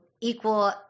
equal